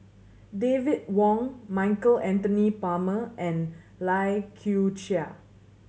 David Wong Michael Anthony Palmer and Lai Kew Chai